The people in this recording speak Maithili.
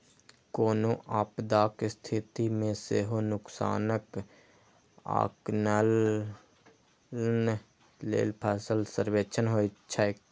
कोनो आपदाक स्थिति मे सेहो नुकसानक आकलन लेल फसल सर्वेक्षण होइत छैक